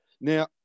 Now